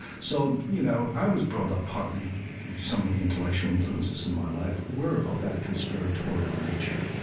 so, you know, i was brought up partly some of the intellectual influences in my life were of that conspiratorial nature,